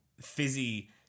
Fizzy